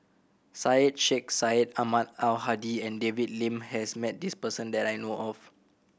Syed Sheikh Syed Ahmad Al Hadi and David Lim has met this person that I know of